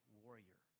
warrior